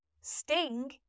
Sting